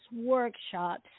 workshops